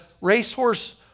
racehorse